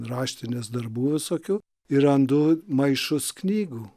raštinės darbų visokių ir randu maišus knygų